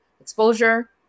exposure